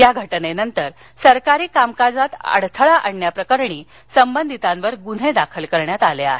या घटनेनंतर सरकारी कामात अडथळा आणल्याप्रकरणी संबंधितांवर गुन्हे दाखल करण्यात आले आहेत